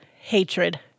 hatred